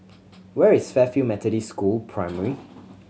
where is Fairfield Methodist School Primary